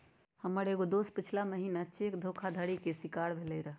हमर एगो दोस पछिला महिन्ना चेक धोखाधड़ी के शिकार भेलइ र